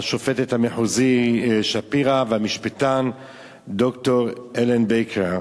השופטת המחוזית שפירא והמשפטן ד"ר אלן בייקר.